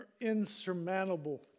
insurmountable